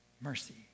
mercy